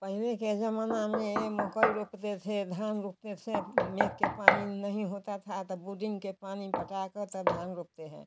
पहले के ज़माना में मकई रोपते थे धान रोपते थे मेघ के पानी से नहीं होता था तब बुदिन के पानी में पटा कर तब धान रोपते हैं